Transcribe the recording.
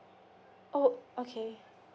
oh okay